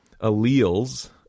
alleles